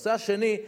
בנושא השני,